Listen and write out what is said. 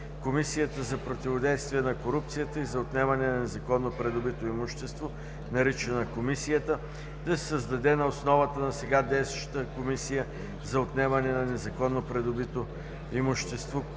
Комисията за противодействие на корупцията и за отнемане на незаконно придобитото имущество, наричана Комисията, да се създаде на основата на сега действащата Комисия за отнемане на незаконно придобито имущество,